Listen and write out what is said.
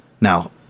Now